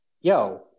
yo